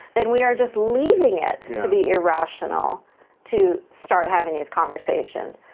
then we are just leaving it to the irrational to start having these conversations.